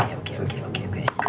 okay, okay,